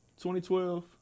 2012